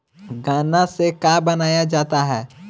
गान्ना से का बनाया जाता है?